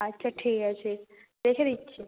আচ্ছা ঠিক আছে রেখে দিচ্ছি